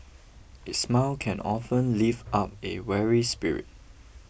a smile can often lift up a weary spirit